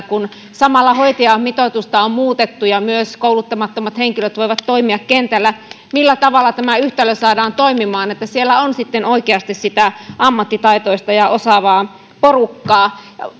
kun samalla hoitajamitoitusta on muutettu ja myös kouluttamattomat henkilöt voivat toimia kentällä millä tavalla tämä yhtälö saadaan toimimaan että siellä on sitten oikeasti sitä ammattitaitoista ja osaavaa porukkaa